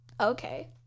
okay